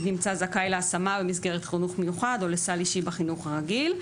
נמצא זכאי להשמה במסגרת חינוך מיוחד או לסל אישי במסגרת החינוך הרגיל,